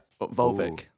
Volvic